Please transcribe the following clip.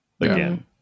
again